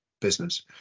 business